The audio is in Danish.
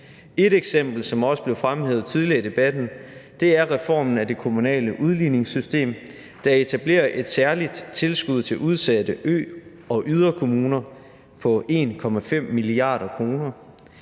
Et eksempel, som også blev fremhævet tidligere i debatten, er reformen af det kommunale udligningssystem, der etablerer et særligt tilskud til udsatte ø- og yderkommuner på 1,5 mia. kr.,